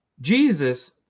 Jesus